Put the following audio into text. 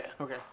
Okay